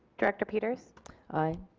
director peters aye.